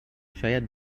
شاید